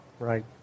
Right